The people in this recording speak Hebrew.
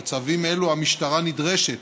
בצווים אלו המשטרה נדרשת